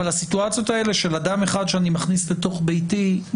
אבל הסיטואציות האלה של אדם אחד שאני מכניס לתוך ביתי,